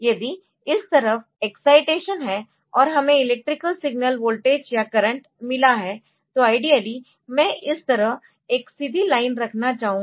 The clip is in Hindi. यदि इस तरफ एक्ससाइटेशन है और हमें इलेक्ट्रिकल सिग्नल वोल्टेज या करंट मिला है तो आइडियली मैं इस तरह एक सीधी लाइन रखना चाहूंगा